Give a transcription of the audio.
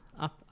up